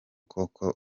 koko